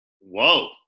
Whoa